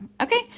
Okay